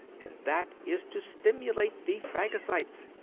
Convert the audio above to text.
and that is to stimulate the phagocytes.